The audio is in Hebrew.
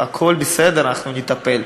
הכול בסדר, אנחנו נטפל.